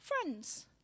Friends